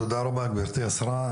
תודה רבה, גברתי השרה.